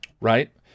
Right